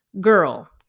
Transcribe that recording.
girl